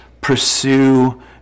pursue